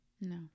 No